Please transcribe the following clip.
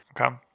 Okay